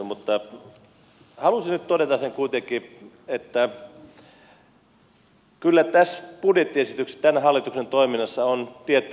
mutta haluaisin nyt todeta sen kuitenkin että kyllä tässä budjettiesityksessä tämän hallituksen toiminnassa on tietty logiikka